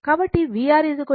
కాబట్టి vR I R